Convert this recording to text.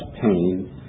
pain